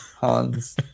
Hans